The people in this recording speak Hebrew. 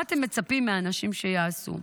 מה אתם מצפים מאנשים שיעשו?